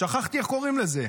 שכחתי איך קוראים לזה.